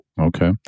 Okay